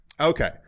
okay